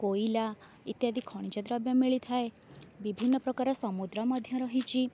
କୋଇଲା ଇତ୍ୟାଦି ଖଣିଜଦ୍ରବ୍ୟ ମିଳିଥାଏ ବିଭିନ୍ନ ପ୍ରକାର ସମୁଦ୍ର ମଧ୍ୟ ରହିଛି